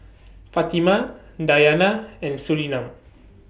Fatimah Dayana and Surinam